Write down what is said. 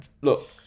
look